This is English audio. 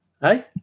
hey